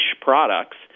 products